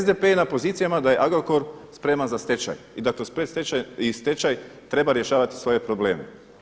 SDP je na pozicijama da je Agrokor spreman za stečaj i da kroz predstečaj i stečaj treba rješavati svoje probleme.